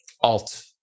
alt